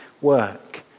work